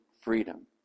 freedom